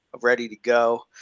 ready-to-go